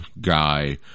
guy